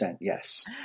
yes